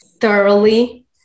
thoroughly